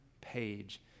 page